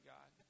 God